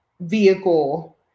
vehicle